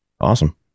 Awesome